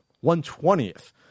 One-twentieth